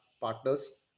partners